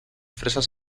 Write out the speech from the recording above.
fresas